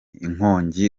inkongi